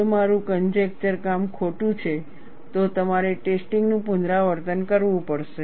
જો મારું કનજેકચર કામ ખોટું છે તો તમારે ટેસ્ટિંગ નું પુનરાવર્તન કરવું પડશે